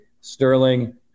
sterling